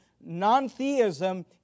non-theism